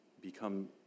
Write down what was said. become